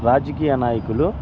రాజకీయ నాయకులు